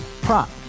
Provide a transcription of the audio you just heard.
Prop